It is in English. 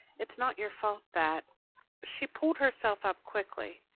it's not your fault that she pulled herself up quickly.